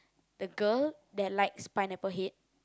the girl that likes Pineapple Head